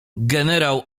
generał